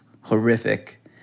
horrific